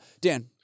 dan